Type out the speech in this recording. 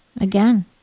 again